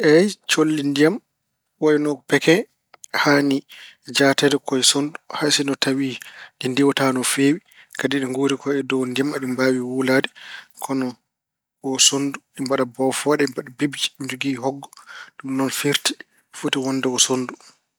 Eey, colli ndiyam ko wayno peke haani jaateede ko e sonndu hay sinno tawi ɗi ndiwataa no feewi, kadi ɗi nguuri ko e dow ndiyam, aɗi mbaawi wuulaade. Kono ko sonndu, aɗi mbaɗa bofooɗe, mbaɗa bibje, njogii hoggo. Ɗum firti foti wonde ko sonndu.